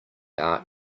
art